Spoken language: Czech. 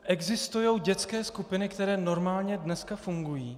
Existují dětské skupiny, které normálně dneska fungují.